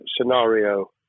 scenario